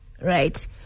right